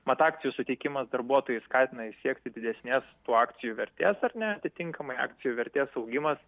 mat akcijų suteikimas darbuotojus skatina siekti didesnės tų akcijų vertės ar ne atitinkamai akcijų vertės augimas